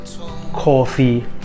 coffee